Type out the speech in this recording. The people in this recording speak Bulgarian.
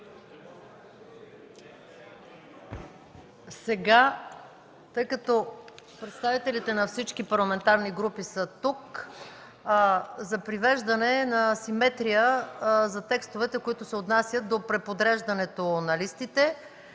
Тъй като представителите на всички парламентарни групи са тук, за привеждане на симетрия за текстовете, които се отнасят до преподреждането на листите,